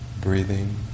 breathing